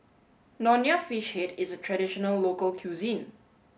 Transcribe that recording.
Nonya Fish Head is a traditional local cuisine